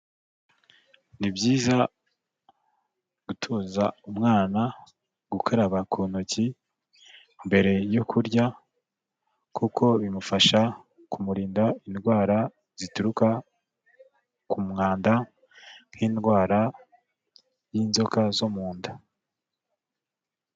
Ni byiza gutoza umwana gukaraba ku ntoki mbere yo kurya, kuko bimufasha kumurinda indwara zituruka ku mwanda, nk'indwara y'inzoka zo mu nda.